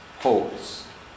Holes